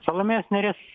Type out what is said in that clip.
salomėjos nėries